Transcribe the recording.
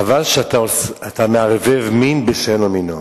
חבל שאתה מערבב מין בשאינו מינו.